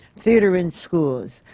theatre in schools.